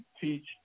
teach